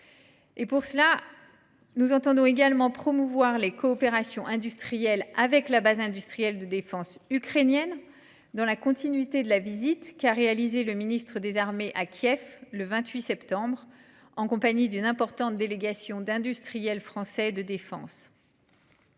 Pour cela, nous entendons également promouvoir les coopérations avec la base industrielle de défense ukrainienne, dans la continuité de la visite qu’a réalisée le ministre des armées à Kiev le 28 septembre dernier, en compagnie d’une importante délégation d’industriels français de défense.